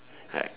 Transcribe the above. like